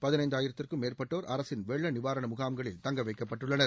பதினைந்தாயிரத்திற்கும் மேற்பட்டோர் அரசின் வெள்ள நிவாரண முகாம்களில் தங்கவைக்கப்பட்டுள்ளனர்